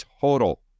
total